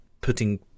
putting